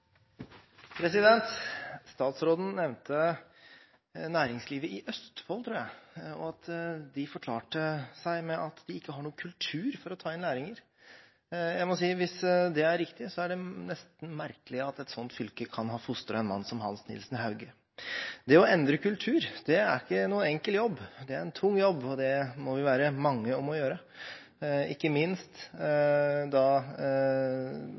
Statsråden nevnte næringslivet i Østfold, tror jeg, og at de forklarte at de ikke har noen kultur for å ta inn lærlinger. Jeg må si at hvis det er riktig, er det nesten merkelig at et sånt fylke kan ha fostret en mann som Hans Nielsen Hauge. Det å endre kultur er ingen enkel jobb, det er en tung jobb, og det må vi være mange om å gjøre, ikke minst